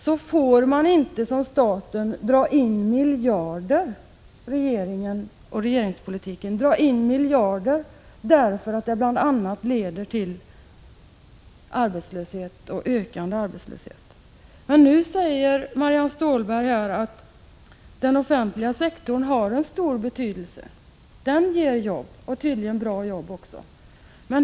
Då får inte staten dra in miljarder från kommuner och landsting, för det leder till bl.a. ökad arbetslöshet. Nu säger Marianne Stålberg att den offentliga sektorn har stor betydelse, att den ger jobb och tydligen bra jobb också.